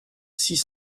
six